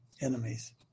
enemies